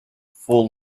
for